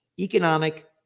Economic